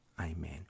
Amen